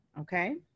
okay